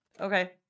Okay